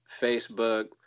Facebook